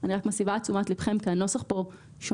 אני מסבה את תשומת ליבכם כי הנוסח כאן שונה